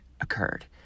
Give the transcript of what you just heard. occurred